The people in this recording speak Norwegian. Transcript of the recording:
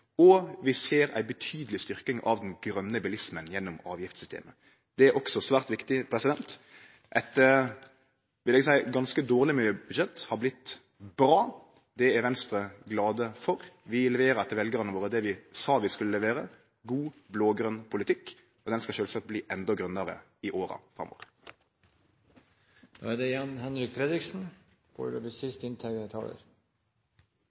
Og vi ser ei betydeleg styrking av den grøne bilismen gjennom avgiftssystemet. Det er også svært viktig. Eit – vil eg seie – ganske dårleg budsjett har vorte bra. Det er Venstre glad for. Vi leverer til veljarane våre det vi sa vi skulle levere, god blå-grøn politikk, og han skal sjølvsagt bli endå grønare i åra framover.